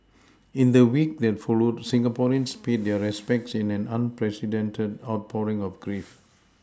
in the week that followed Singaporeans paid their respects in an unprecedented outpouring of grief